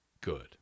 good